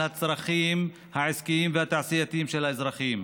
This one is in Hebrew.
הצרכים העסקיים והתעשייתיים של האזרחים.